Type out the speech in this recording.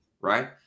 right